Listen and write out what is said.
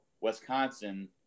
Wisconsin